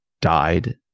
died